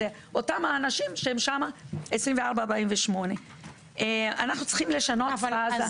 אלו אותם האנשים שהם שם 24/48. אנחנו צריכים לשנות פאזה.